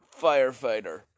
firefighter